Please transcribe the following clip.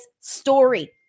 story